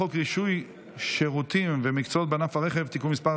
חוק שחרור על תנאי ממאסר (תיקון מס'